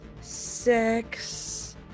six